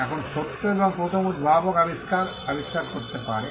এখন সত্য এবং প্রথম উদ্ভাবক আবিষ্কার আবিষ্কার করতে পারে